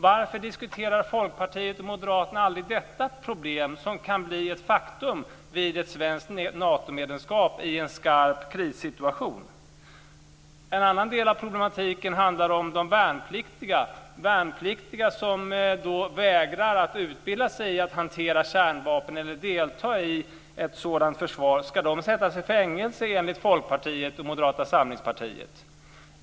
Varför diskuterar Folkpartiet och Moderaterna aldrig detta problem, som kan bli ett faktum vid ett svenska Natomedlemskap i en skarp krissituation? En annan del av problematiken handlar om de värnpliktiga som vägrar att utbilda sig i att hantera kärnvapen eller att delta i ett sådant försvar. Ska de enligt Folkpartiet eller Moderata samlingspartiet sättas i fängelse?